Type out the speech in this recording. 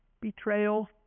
betrayal